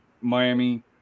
Miami